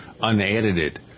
unedited